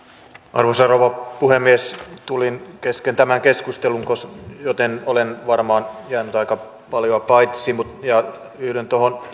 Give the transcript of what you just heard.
arvoisa rouva puhemies tulin kesken tämän keskustelun joten olen varmaan jäänyt aika paljosta paitsi yhdyn tuohon